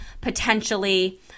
potentially